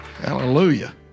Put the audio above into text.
Hallelujah